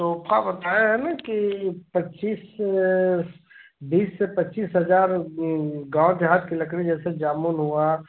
sofa बताया है ना कि पच्चीस बीस से पच्चीस हज़ार गाँव देहात की लकड़ी जैसे जामुन हुआ